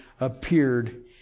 appeared